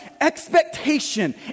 expectation